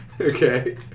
Okay